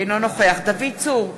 אינו נוכח דוד צור,